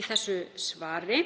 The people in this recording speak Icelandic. í þessu svari.